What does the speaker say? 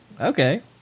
Okay